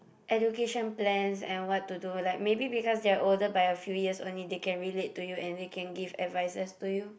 education plans and what to do like maybe because they are older by a few years only they can relate to you and they can give advices to you